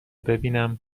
ببینم